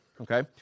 Okay